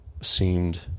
seemed